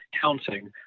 counting